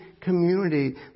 community